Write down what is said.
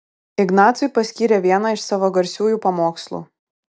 ignacui paskyrė vieną iš savo garsiųjų pamokslų